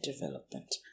development